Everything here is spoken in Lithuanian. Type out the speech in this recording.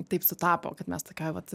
taip sutapo kad mes tokioj vat